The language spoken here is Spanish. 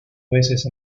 veces